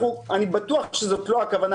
אני בטוח שזה לא הכוונה,